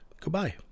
goodbye